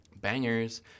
Bangers